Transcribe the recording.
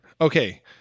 Okay